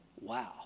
Wow